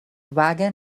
wagon